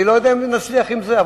אני לא יודע אם נצליח עם זה,